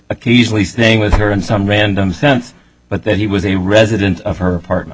easily staying with her in some random sense but then he was a resident of her apartment